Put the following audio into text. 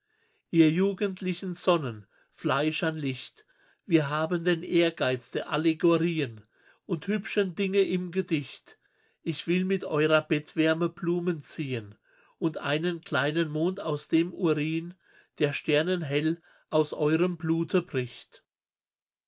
ihr jugendlichen sonnen fleischern licht wir haben den ehrgeiz der allegorien und hübschen dinge im gedicht ich will mit eurer bettwärme blumen ziehn und einen kleinen mond aus dem urin der sternenhell aus eurem blute bricht